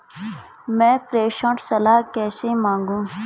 मैं प्रेषण सलाह कैसे मांगूं?